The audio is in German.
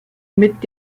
mit